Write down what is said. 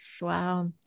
Wow